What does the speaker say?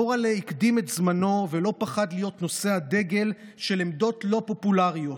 מורל'ה הקדים את זמנו ולא פחד להיות נושא הדגל של עמדות לא פופולריות.